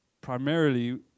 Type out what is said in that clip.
primarily